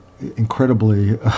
incredibly